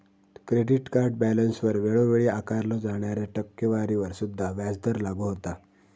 credit card बॅलन्सवर वेळोवेळी आकारल्यो जाणाऱ्या टक्केवारीवर सुद्धा व्याजदर लागू होता